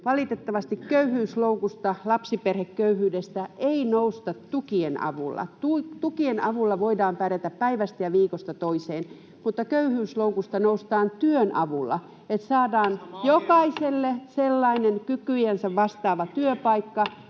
valitettavasti köyhyysloukusta, lapsiperheköyhyydestä ei nousta tukien avulla. Tukien avulla voidaan pärjätä päivästä ja viikosta toiseen, mutta köyhyysloukusta noustaan työn avulla. Saadaan jokaiselle sellainen kykyjä vastaava työpaikka,